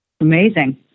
Amazing